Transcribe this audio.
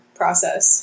process